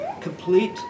complete